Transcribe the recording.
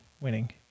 winning